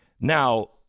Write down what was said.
Now